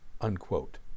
unquote